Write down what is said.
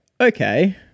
okay